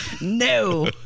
No